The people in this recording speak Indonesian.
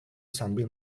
sambil